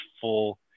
full